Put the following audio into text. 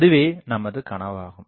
அதுவே நமது கனவாகும்